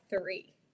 three